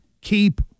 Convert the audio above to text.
keep